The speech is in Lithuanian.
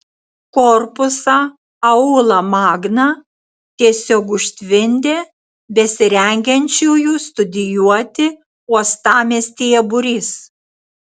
korpusą aula magna tiesiog užtvindė besirengiančiųjų studijuoti uostamiestyje būrys